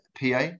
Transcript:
PA